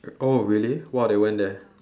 oh really !wah! they went there